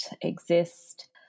exist